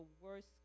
worst